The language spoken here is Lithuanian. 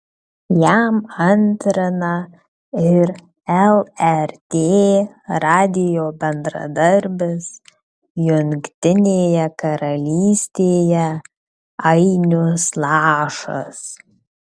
jam antrina ir lrt radijo bendradarbis jungtinėje karalystėje ainius lašas